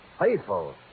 Faithful